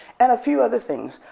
and a few other things.